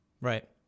right